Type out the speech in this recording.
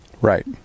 Right